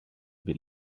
bit